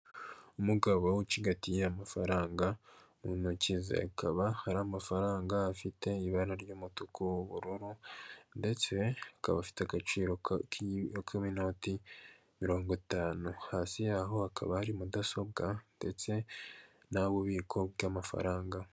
Umugabo ucigatiye amafaranga mu ntoki ze akaba hari amafaranga afite ibara ry'umutuku, ubururu ndetse akaba afite agaciro kaminoti mirongo itanu hasi yaho hakaba hari mudasobwa ndetse n'ububiko bw'amafaranga.